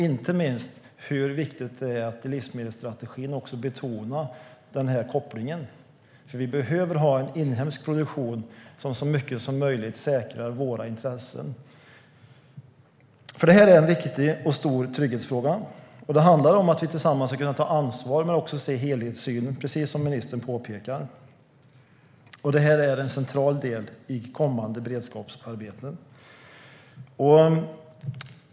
Inte minst viktigt är det att man i livsmedelsstrategin betonar denna koppling. Vi behöver nämligen ha en inhemsk produktion som så mycket som möjligt säkrar våra intressen. Detta är en viktig och stor trygghetsfråga. Det handlar om att vi tillsammans ska kunna ta ansvar men också se helheten, precis som ministern påpekar. Detta är en central del i kommande beredskapsarbete.